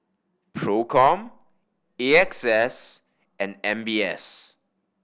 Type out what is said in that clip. Procom A X S and M B S